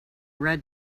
red